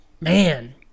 Man